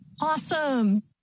Awesome